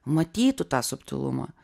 matytų tą subtilumą